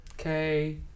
Okay